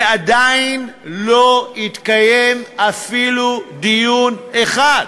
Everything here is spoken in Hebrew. ועדיין לא התקיים אפילו דיון אחד.